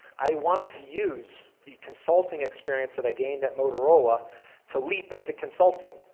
i wanted to use the consulting experience that i gained that motorola to leap into consulting.